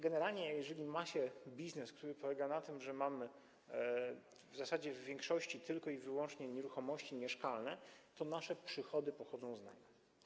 Generalnie jeżeli ma się biznes, który polega na tym, że w zasadzie w większości mamy tylko i wyłącznie nieruchomości mieszkalne, to nasze przychody pochodzą z najmu.